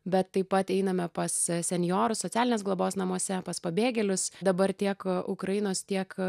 bet taip pat einame pas senjorus socialinės globos namuose pas pabėgėlius dabar tiek ukrainos tiek